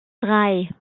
drei